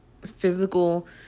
physical